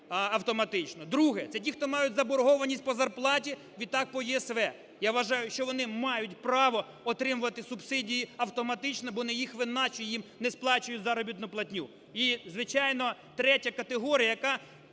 Друге – це ті, хто мають заборгованість по зарплаті, відтак по ЄСВ. Я вважаю, що вони мають право отримувати субсидії автоматично, бо не їх вина, що їм не сплачують заробітну платню. І, звичайно, третя категорія, яка